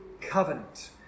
covenant